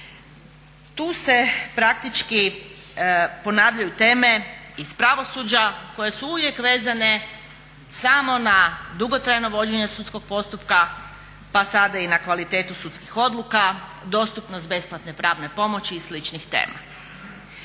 Tu se praktički ponavljaju teme iz pravosuđa koje su uvijek vezane samo na dugotrajno vođenje sudskog postupka, pa sada i na kvalitetu sudskih odluka, dostupnost besplatne pravne pomoći i sličnih tema.